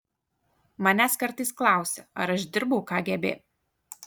manęs kartais klausia ar aš dirbau kgb